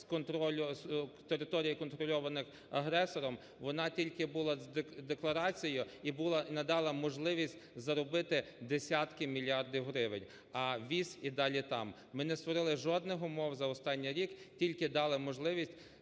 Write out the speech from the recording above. з територій, контрольованих агресором, вона тільки була декларацією і надала можливість заробити десятки мільярдів гривень, а ввіз і далі там. Ми не створили жодних умов за останній рік, тільки дали можливість